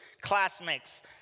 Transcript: classmates